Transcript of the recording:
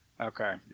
Okay